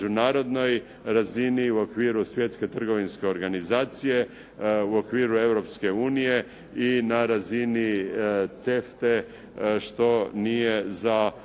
međunarodnoj razini i u okviru Svjetske trgovinske organizacije, u okviru Europske unije i na razini CEFTA-e što nije za